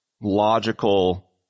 logical